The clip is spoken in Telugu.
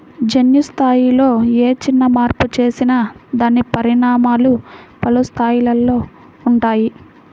జన్యు స్థాయిలో ఏ చిన్న మార్పు చేసినా దాని పరిణామాలు పలు స్థాయిలలో ఉంటాయి